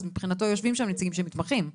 אז מבחינתו יושבים שם נציגים של מתמחים.